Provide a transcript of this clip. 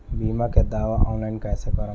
बीमा के दावा ऑनलाइन कैसे करेम?